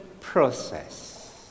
process